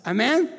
Amen